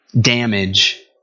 damage